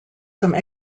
some